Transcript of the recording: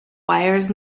wires